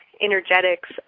energetics